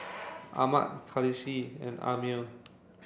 Ahmad Khalish and Ammir